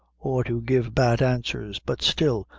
or to give bad answers but still,